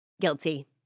guilty